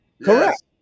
Correct